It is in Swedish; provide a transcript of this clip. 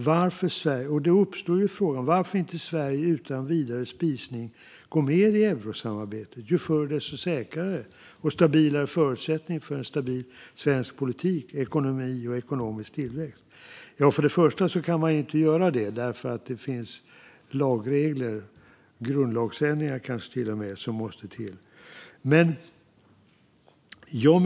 Varför går inte Sverige utan vidare spisning med i eurosamarbetet? Ju förr, desto säkrare; och bättre förutsättningar för en stabil svensk politik för ekonomi och ekonomisk tillväxt. Först och främst går det inte därför att det måste ske ändringar i lagar, kanske till och med grundlagsändringar.